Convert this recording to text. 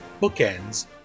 bookends